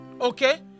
Okay